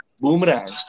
boomerang